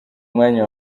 mwanya